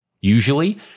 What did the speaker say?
Usually